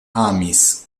amis